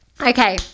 Okay